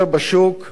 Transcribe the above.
קנה היום,